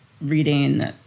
reading